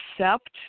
accept